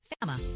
FAMA